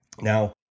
Now